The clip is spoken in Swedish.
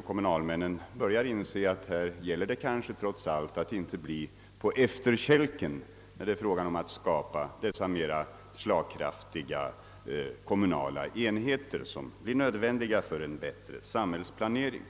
Kommunalmännen börjar nämligen inse, att här gäller det kanske trots allt att inte bli på efterkälken när det är fråga om att skapa de mera slagkraftiga kommunala enheter som blir nödvändiga för en bättre samhällsplanering.